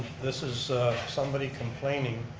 this is somebody complaining,